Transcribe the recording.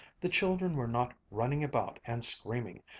the children were not running about and screaming,